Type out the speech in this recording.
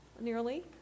nearly